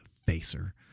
Facer